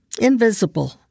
Invisible